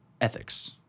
ethics